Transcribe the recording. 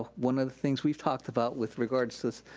one of the things we've talked about with regards to this,